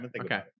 Okay